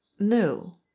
No